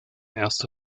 erste